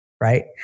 right